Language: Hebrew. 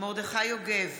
מרדכי יוגב,